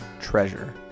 treasure